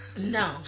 No